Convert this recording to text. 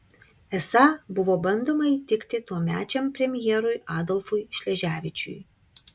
esą buvo bandoma įtikti tuomečiam premjerui adolfui šleževičiui